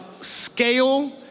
scale